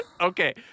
Okay